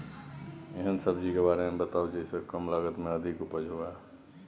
एहन सब्जी के बारे मे बताऊ जाहि सॅ कम लागत मे अधिक उपज होय?